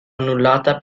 annullata